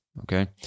okay